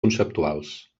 conceptuals